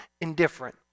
indifferent